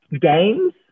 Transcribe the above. games